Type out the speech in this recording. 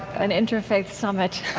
an interfaith summit.